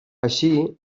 així